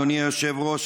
אדוני היושב-ראש,